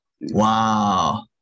Wow